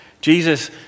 Jesus